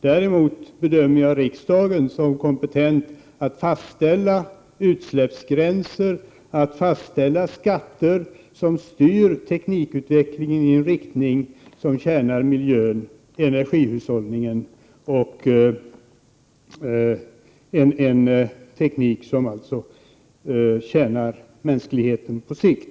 Däremot bedömer jag riksdagen som kompetent att fastställa utsläppsgränser och skatter som styr teknikutvecklingen i en riktning som tjänar miljön, energihushållningen och mänskligheten på sikt.